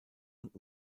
und